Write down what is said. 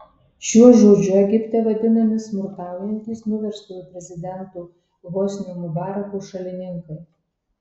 šiuo žodžiu egipte vadinami smurtaujantys nuverstojo prezidento hosnio mubarako šalininkai